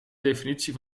definitie